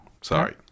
Sorry